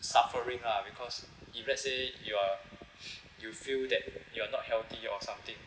suffering lah because if let's say you are you feel that you are not healthy or something